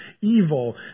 evil